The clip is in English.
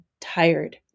tired